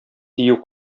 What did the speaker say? дию